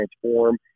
transform